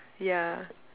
ya